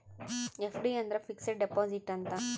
FD ಅಂದ್ರ fixed deposit ಅಂತ